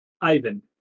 Ivan